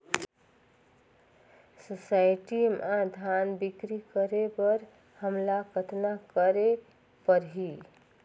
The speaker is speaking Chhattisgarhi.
सोसायटी म धान बिक्री करे बर हमला कतना करे परही?